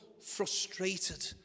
frustrated